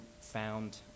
found